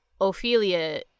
Ophelia